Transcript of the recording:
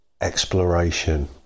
exploration